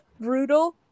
brutal